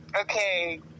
Okay